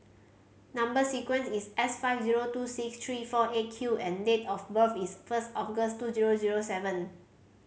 number sequence is S five zero two six three four Eight Q and date of birth is first August two zero zero seven